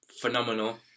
phenomenal